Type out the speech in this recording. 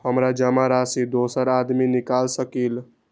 हमरा जमा राशि दोसर आदमी निकाल सकील?